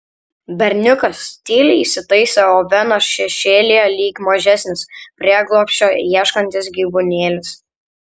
berniukas tyliai įsitaisė oveno šešėlyje lyg mažesnis prieglobsčio ieškantis gyvūnėlis